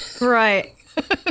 Right